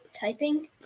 typing